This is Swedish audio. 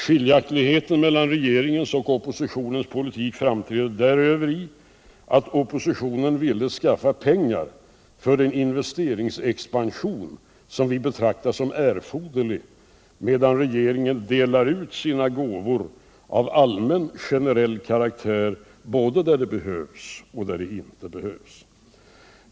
Skiljaktigheten mellan regeringens och oppositionens politik framträder därutöver i att oppositionen ville skaffa pengar för en investeringsexpansion, som vi betraktar som erforderlig, medan regeringen delar ut sina gåvor av allmän, generell karaktär både där det behövs och där det inte behövs.